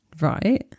right